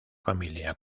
familia